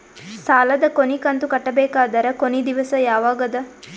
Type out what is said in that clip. ಸಾಲದ ಕೊನಿ ಕಂತು ಕಟ್ಟಬೇಕಾದರ ಕೊನಿ ದಿವಸ ಯಾವಗದ?